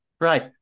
Right